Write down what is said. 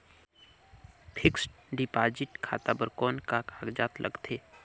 Fixed deposit खाता बर कौन का कागजात लगथे?